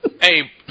Hey